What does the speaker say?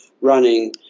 running